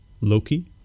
Loki